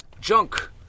junk